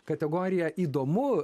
kategorija įdomu